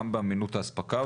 גם באמינות האספקה,